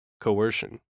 coercion